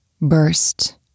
burst